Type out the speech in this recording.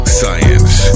science